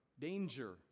danger